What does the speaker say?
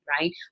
right